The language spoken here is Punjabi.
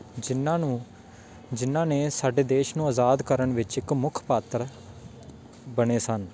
ਜਿਨ੍ਹਾਂ ਨੂੰ ਜਿਨ੍ਹਾਂ ਨੇ ਸਾਡੇ ਦੇਸ਼ ਨੂੰ ਆਜ਼ਾਦ ਕਰਨ ਵਿੱਚ ਇੱਕ ਮੁੱਖ ਪਾਤਰ ਬਣੇ ਸਨ